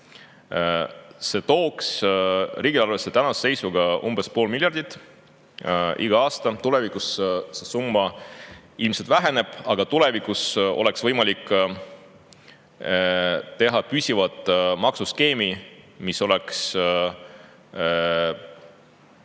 See tooks riigieelarvesse tänase seisuga umbes pool miljardit eurot igal aastal. Tulevikus see summa ilmselt väheneb, aga siis oleks võimalik teha püsiv maksuskeem, mis võiks